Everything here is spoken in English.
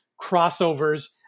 crossovers